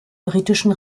britischen